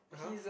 (uh huh)